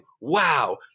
Wow